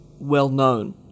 well-known